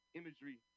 imagery